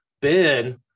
Ben